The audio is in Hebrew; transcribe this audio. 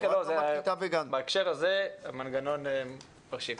בהקשר הזה, מנגנון מרשים.